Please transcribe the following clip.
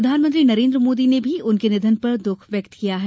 प्रधानमंत्री नरेन्द्र मोदी ने भी उनके निधन पर दुख व्यक्त किया है